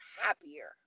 happier